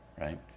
right